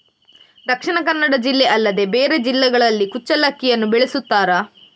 ದಕ್ಷಿಣ ಕನ್ನಡ ಜಿಲ್ಲೆ ಅಲ್ಲದೆ ಬೇರೆ ಜಿಲ್ಲೆಗಳಲ್ಲಿ ಕುಚ್ಚಲಕ್ಕಿಯನ್ನು ಬೆಳೆಸುತ್ತಾರಾ?